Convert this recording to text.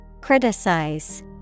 Criticize